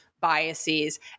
biases